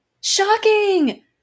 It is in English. Shocking